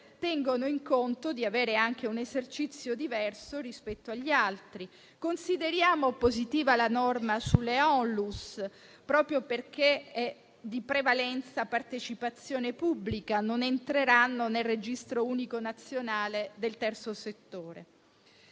tengono in conto di avere anche un esercizio diverso rispetto agli altri. Consideriamo positiva la norma sulle ONLUS che, proprio perché prevalentemente a partecipazione pubblica, non entreranno nel Registro unico nazionale del Terzo settore.